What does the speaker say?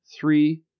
three